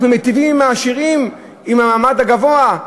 אנחנו מיטיבים עם העשירים, עם המעמד הגבוה.